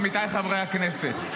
עמיתי חברי הכנסת,